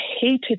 hated